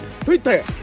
Twitter